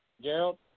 Gerald